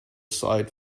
site